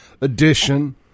edition